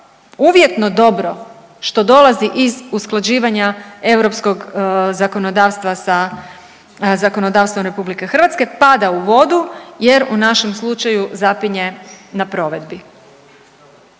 uvjetno dobro što dolazi iz usklađivanja europskog zakonodavstva sa zakonodavstvom RH pada u vodu jer u našem slučaju zapinje na provedbi,